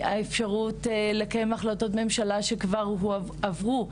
מהאפשרות לקיים החלטות ממשלה שכבר עברו.